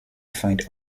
find